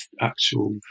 actual